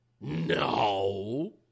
No